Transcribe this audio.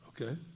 okay